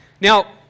Now